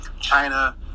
china